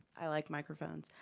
i like microphones.